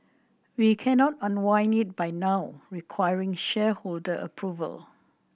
we cannot unwind it by now requiring shareholder approval